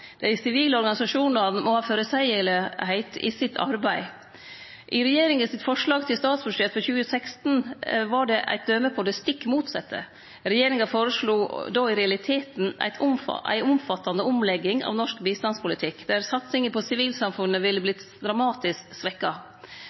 Dei sivile organisasjonane må ha føreseielegheit i sitt arbeid. I regjeringa sitt forslag til statsbudsjett for 2016 var det eit døme på det stikk motsette. Regjeringa føreslo då i realiteten ei omfattande omlegging av norsk bistandspolitikk, der satsinga på sivilsamfunnet ville vorte dramatisk